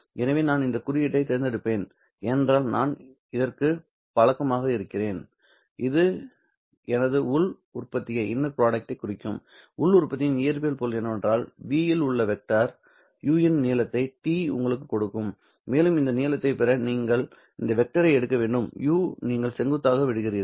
எனவே நான் இந்த குறியீட்டைத் தேர்ந்தெடுப்பேன் ஏனென்றால் நான் இதற்குப் பழக்கமாக இருக்கிறேன் இது எனது உள் உற்பத்தியைக் குறிக்கும் உள் உற்பத்தியின் இயற்பியல் பொருள் என்னவென்றால் v இல் உள்ள வெக்டர் 'u இன் நீளத்தை t உங்களுக்குக் கொடுக்கும் மேலும் அந்த நீளத்தைப் பெற நீங்கள் இந்த வெக்டரை எடுக்க வேண்டும் u நீங்கள் செங்குத்தாக விடுகிறீர்கள்